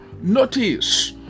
Notice